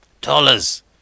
dollars